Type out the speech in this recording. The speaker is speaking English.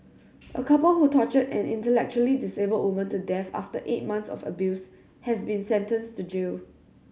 a couple who tortured an intellectually disabled woman to death after eight months of abuse has been sentenced to jail